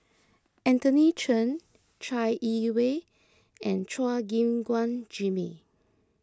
Anthony Chen Chai Yee Wei and Chua Gim Guan Jimmy